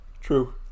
True